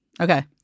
Okay